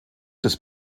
des